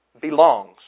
Belongs